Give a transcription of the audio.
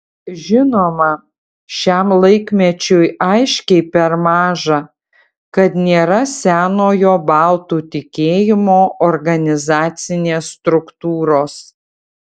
žinoma šiam laikmečiui aiškiai per maža kad nėra senojo baltų tikėjimo organizacinės struktūros